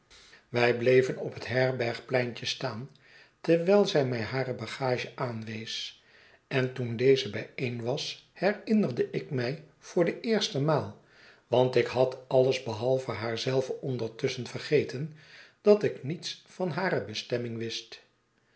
wij bleven op net herbergpleintje staan terwijl zij mij hare bagage aanwees en toen deze bijeen was herinnerde ik mij voor de eerste maal want ik had alles behalve haar zelve ondertusschen vergeten dat ik niets van hare bestemming wist